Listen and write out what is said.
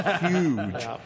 huge